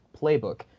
playbook